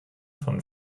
von